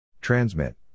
Transmit